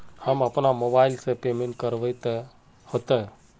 हम अपना मोबाईल से पेमेंट करबे ते होते?